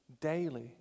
daily